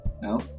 No